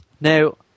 Now